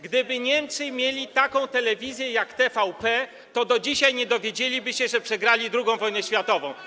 Gdyby Niemcy mieli taką telewizję jak TVP, to do dzisiaj nie dowiedzieliby się, że przegrali II wojnę światową.